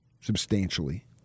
substantially